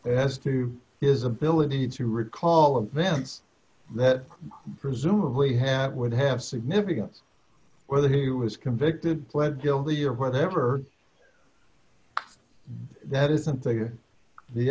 and as to his ability to recall events that presumably have would have significance whether he was convicted pled guilty or whatever that isn't the the